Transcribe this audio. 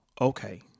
okay